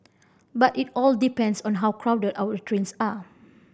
but it all depends on how crowded our trains are